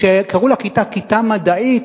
כשקראו לכיתה "כיתה מדעית",